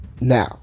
Now